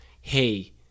hey